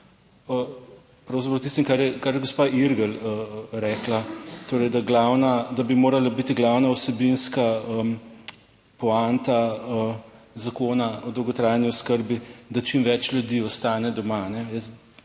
pravzaprav s tistim, kar je gospa Irgl rekla, torej, da glavna, da bi morala biti glavna vsebinska poanta Zakona o dolgotrajni oskrbi, da čim več ljudi ostane doma.